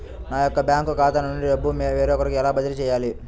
నా యొక్క బ్యాంకు ఖాతా నుండి డబ్బు వేరొకరికి ఎలా బదిలీ చేయాలి?